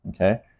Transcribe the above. Okay